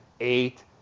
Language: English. eight